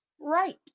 right